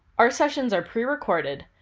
our sessions are pre-recorded,